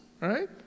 right